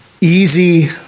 easy